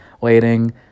waiting